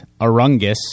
Arungus